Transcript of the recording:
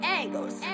angles